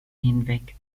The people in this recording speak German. hinweg